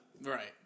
Right